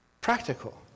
practical